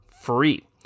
free